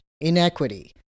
inequity